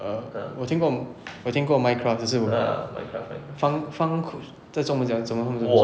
err 我听过我听过 minecraft 只是我方方在中文这么样这么样说